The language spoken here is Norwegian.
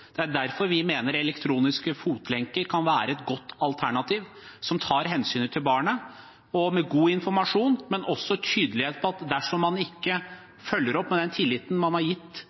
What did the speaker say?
Det er derfor vi mener elektroniske fotlenker kan være et godt alternativ som tar hensyn til barnet. Og med god informasjon og tydelighet på at dersom man ikke følger opp den tilliten som er gitt til foreldrene, er siste utvei selvfølgelig internering – men da har